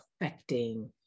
affecting